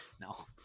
No